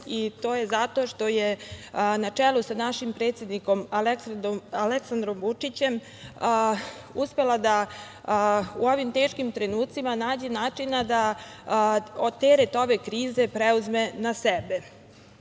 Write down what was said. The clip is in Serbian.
i to je zato što je na čelu sa našim predsednikom Aleksandrom Vučićem uspela da u ovim teškim trenucima nađe načina da teret ove krize preuzme na